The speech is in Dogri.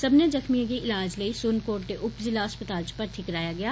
सब्बने जख्मिएं गी ईलाज लेई सुरनकोट दे उप जिला अस्पताल च भर्थी कराया गेआ